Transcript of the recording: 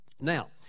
Now